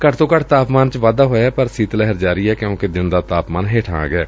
ਘੱਟ ਤੋਂ ਘੱਟ ਤਾਪਮਾਨ ਚ ਵਾਧਾ ਹੋਇਐ ਪਰ ਸੀਤ ਲਹਿਰ ਜਾਰੀ ਏ ਕਿਉਂਕਿ ਦਿਨ ਦਾ ਤਾਪਮਾਨ ਹੇਠਾਂ ਆ ਗਿਐ